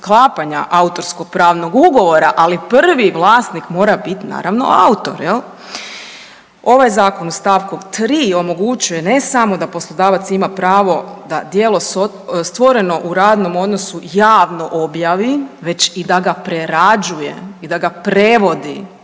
sklapanja autorsko pravnog ugovora, ali prvi vlasnik mora biti naravno autor. Ovaj zakon u stavku 3. omogućuje ne samo da poslodavac ima pravo da djelo stvoreno u radnom odnosu javno objavi, već da ga i prerađuje i da ga prevodi,